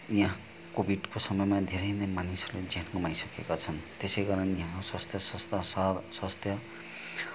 यहाँ कोभिडको समयमा धेरै नै मानिसहरूले ज्यान गुमाइसकेका छन् त्यसै कारण यहाँ स्वास्थ्य संस्था छ स्वास्थ्य